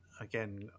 again